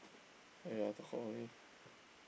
!aiya! talk cock only